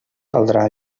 caldrà